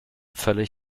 völlig